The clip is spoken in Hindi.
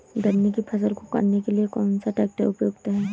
गन्ने की फसल को काटने के लिए कौन सा ट्रैक्टर उपयुक्त है?